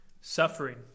suffering